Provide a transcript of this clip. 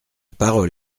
parole